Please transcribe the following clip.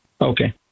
Okay